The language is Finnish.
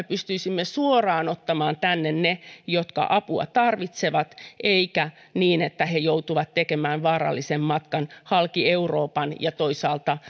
pystyisimme suoraan ottamaan tänne ne jotka apua tarvitsevat eikä niin että he joutuvat tekemään vaarallisen matkan halki euroopan toisaalta